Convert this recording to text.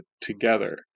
together